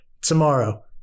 tomorrow